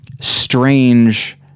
strange